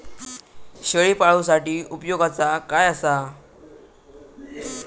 शेळीपाळूसाठी उपयोगाचा काय असा?